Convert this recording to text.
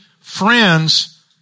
friends